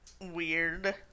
Weird